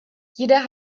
jeder